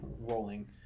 rolling